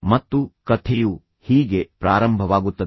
ಮತ್ತು ಕಥೆಯು ಹೀಗೆ ಪ್ರಾರಂಭವಾಗುತ್ತದೆ